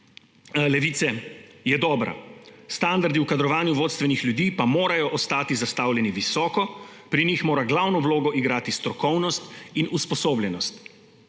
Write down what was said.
Levice je dobra, standardi o kadrovanju vodstvenih ljudi pa morajo ostati zastavljeni visoko, pri njih mora glavno vlogo igrati strokovnost in usposobljenost